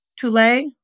Toulay